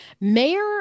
mayor